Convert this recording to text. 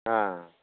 अ